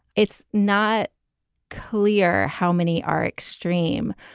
it's not clear how many are extreme,